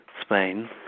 Spain